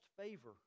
favor